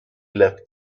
left